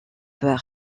doit